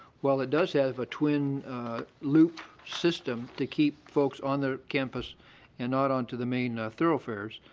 while it does have a twin loop system to keep folks on the campus and not onto the main thoroughfares,